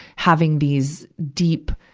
having these deep,